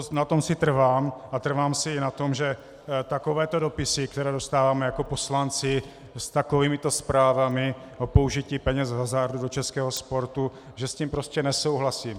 A na tom si trvám a trvám si i na tom, že takovéto dopisy, které dostáváme jako poslanci, s takovýmito zprávami o použití peněz z hazardu do českého sportu, že s tím prostě nesouhlasím.